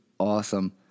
awesome